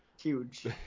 Huge